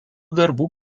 darbų